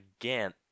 again